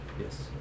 Yes